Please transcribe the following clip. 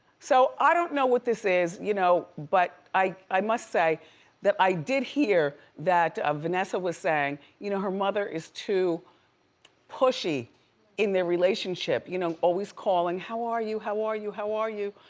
so, i don't know what this is, you know, but i i must say that i did hear, that ah vanessa was saying, you know her mother is too pushy in their relationship. you know, always calling, how are you, how are you, how are you?